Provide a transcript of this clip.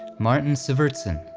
martin syvertsen.